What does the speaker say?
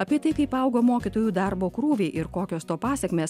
apie tai kaip augo mokytojų darbo krūviai ir kokios to pasekmės